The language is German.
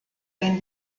wenn